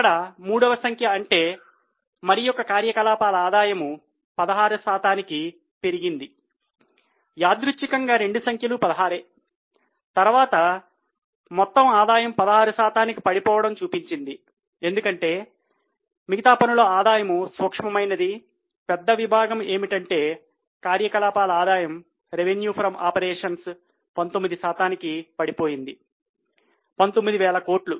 ఇక్కడ మూడవ సంఖ్య అంటే మరియొక కార్యకలాపాల ఆదాయము 19 శాతానికి పడిపోయింది 19000 కోట్లు